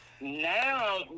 Now